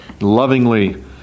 lovingly